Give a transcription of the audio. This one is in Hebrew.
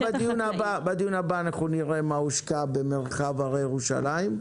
בדיון הבא אנחנו נראה מה הושקע במרחב הרי ירושלים.